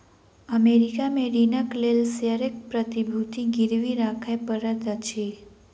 America में ऋणक लेल शेयरक प्रतिभूति गिरवी राखय पड़ैत अछि